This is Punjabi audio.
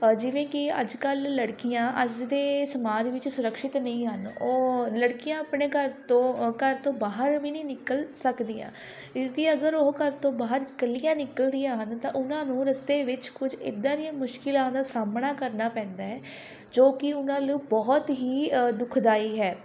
ਜਿਵੇਂ ਕਿ ਅੱਜ ਕੱਲ੍ਹ ਲੜਕੀਆਂ ਅੱਜ ਦੇ ਸਮਾਜ ਵਿੱਚ ਸੁਰਖਸ਼ਿਤ ਨਹੀਂ ਹਨ ਉਹ ਲੜਕੀਆਂ ਆਪਣੇ ਘਰ ਤੋਂ ਘਰ ਤੋਂ ਬਾਹਰ ਵੀ ਨਹੀਂ ਨਿਕਲ ਸਕਦੀਆਂ ਕਿਉਂਕਿ ਅਗਰ ਉਹ ਘਰ ਤੋਂ ਬਾਹਰ ਇਕੱਲੀਆਂ ਨਿਕਲਦੀਆਂ ਹਨ ਤਾਂ ਉਹਨਾਂ ਨੂੰ ਰਸਤੇ ਵਿੱਚ ਕੁਛ ਇੱਦਾਂ ਦੀਆਂ ਮੁਸ਼ਕਿਲਾਂ ਦਾ ਸਾਹਮਣਾ ਕਰਨਾ ਪੈਂਦਾ ਹੈ ਜੋ ਕਿ ਉਹਨਾਂ ਨੂੰ ਬਹੁਤ ਹੀ ਦੁੱਖਦਾਈ ਹੈ